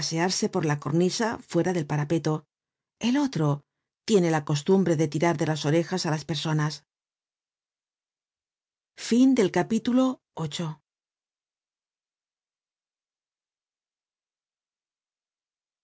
pasearse por la cornisa fuera del parapeto el otro tiene la costumbre de tirar de las orejas á las personas